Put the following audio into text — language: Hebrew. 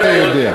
רוצה, אתה יודע.